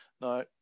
Now